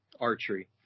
Archery